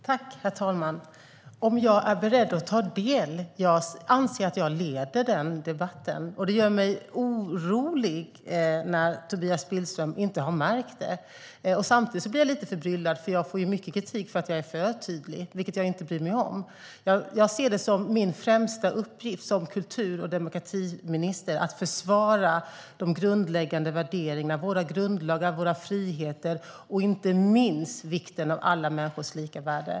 Herr talman! Om jag är beredd att ta del i debatten? Jag anser att jag leder den. Det gör mig orolig att Tobias Billström inte har märkt det. Samtidigt blir jag lite förbryllad, för jag får mycket kritik för att jag är för tydlig, vilket jag inte bryr mig om. Jag ser det som min främsta uppgift som kultur och demokratiminister att försvara de grundläggande värderingarna, våra grundlagar, våra friheter och, inte minst, vikten av alla människors lika värde.